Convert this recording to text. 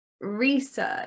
research